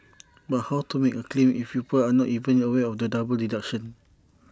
but how to make A claim if people are not even aware of the double deduction